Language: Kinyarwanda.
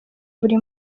buri